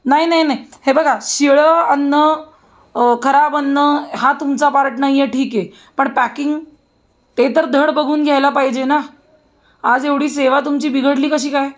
नाही नाही नाही हे बघा शिळं अन्न खराब अन्न हा तुमचा पार्ट नाही आहे ठीक आहे पण पॅकिंग ते तर धड बघून घ्यायला पाहिजे ना आज एवढी सेवा तुमची बिघडली कशी काय